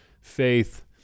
faith